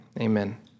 Amen